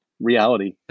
reality